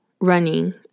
running